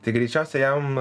tai greičiausiai jam